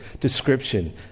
description